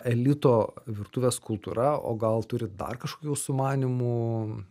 elito virtuvės kultūra o gal turit dar kažkokių sumanymų